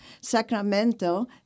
Sacramento